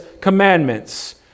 commandments